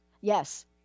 yes